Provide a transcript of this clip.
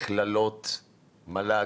מכללות, מל"ג,